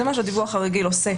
זה מה שהדיווח הרגיל עושה.